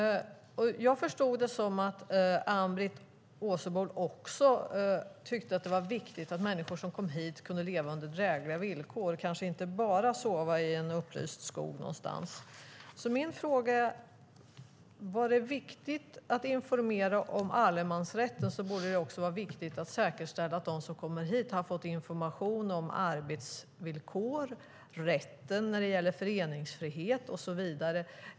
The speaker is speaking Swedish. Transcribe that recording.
Jag förstod det som att Ann-Britt Åsebol också tyckte att det var viktigt att människor som kom hit kunde leva under drägliga villkor och kanske inte bara sova i en upplyst skog någonstans. Om det är viktigt att informera om allemansrätten borde det också vara viktigt att säkerställa att de som kommer hit har fått information om arbetsvillkor, rätten när det gäller föreningsfrihet och så vidare.